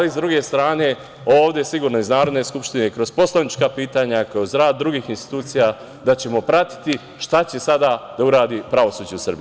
Sa druge strane, ovde sigurno iz Narodne skupštine kroz poslanička pitanja, kroz rad drugih institucija da ćemo pratiti šta će sada da uradi pravosuđe u Srbiji.